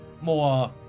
more